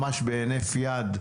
ממש בהינף יד,